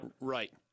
Right